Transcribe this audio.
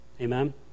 amen